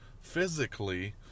physically